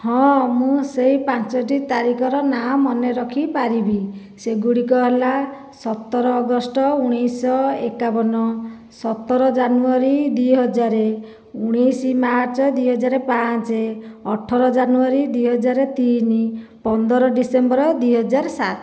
ହଁ ମୁଁ ସେଇ ପାଞ୍ଚଟି ତାରିଖର ନାଁ ମନେ ରଖିପାରିବି ସେଗୁଡ଼ିକ ହେଲା ସତର ଅଗଷ୍ଟ ଉଣେଇଶ ଏକାବନ ସତର ଜାନୁଆରୀ ଦୁଇ ହଜାର ଉଣେଇସି ମାର୍ଚ୍ଚ ଦୁଇ ହଜାର ପାଞ୍ଚ ଅଠର ଜାନୁଆରୀ ଦୁଇ ହଜାର ତିନି ପନ୍ଦର ଡ଼ିସେମ୍ବର ଦୁଇ ହଜାର ସାତ